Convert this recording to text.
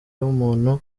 w’umuntu